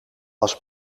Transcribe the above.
was